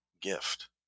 gift